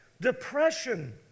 Depression